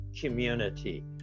community